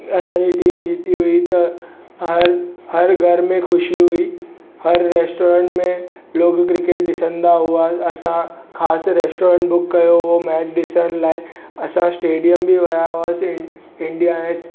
असांजी टीम जीती हुई त हर हर घर में ख़ुशी हुई हर रेस्टोरेंट में लोग क्रिकेट ॾिसंदा हुआ असां ख़ासि रेस्टोरेंट बुक कयो हो मैच ॾिसण लाइ असां स्टेडियम बि विया हुयासीं इंडिया ऐं